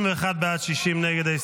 51 בעד, 60 נגד.